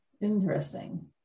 Interesting